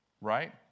Right